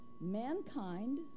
mankind